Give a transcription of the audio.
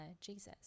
Jesus